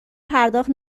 پرداخت